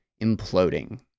imploding